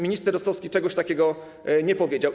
Minister Rostowski czegoś takiego nie powiedział.